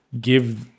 give